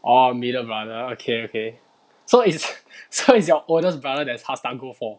orh middle brother okay okay so is so is your oldest brother that's pass down gold four